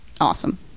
Awesome